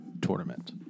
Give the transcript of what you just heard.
tournament